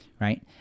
Right